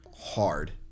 hard